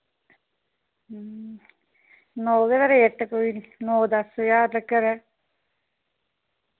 no way दा rate कोई नौ दस ज्हार तक्कर ऐ